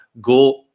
go